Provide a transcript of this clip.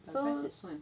so